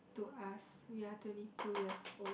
to us we are twenty two years old